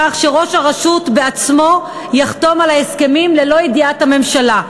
כך שראש הרשות בעצמו יחתום על ההסכמים ללא ידיעת הממשלה.